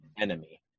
enemy